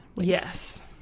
Yes